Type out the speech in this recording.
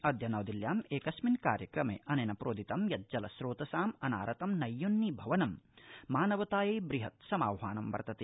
अद्य नव दिल्ल्यां एकस्मिन् कार्यक्रमे अनेन प्रोदितं यत् जलस्रोतसाम् अनारतं नैयून्यी भवनं मनवतायै बृहत् समाह्वानं वर्तते